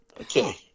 Okay